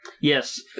Yes